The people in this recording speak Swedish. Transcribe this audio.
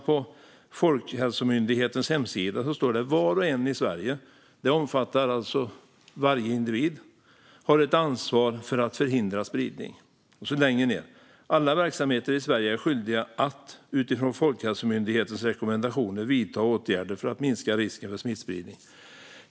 På Folkhälsomyndighetens hemsida står det att var och en i Sverige - det omfattar alltså varje individ - har ett ansvar för att förhindra spridning. Längre ned står det att alla verksamheter i Sverige är skyldiga att utifrån Folkhälsomyndighetens rekommendationer vidta åtgärder för att minska risken för smittspridning.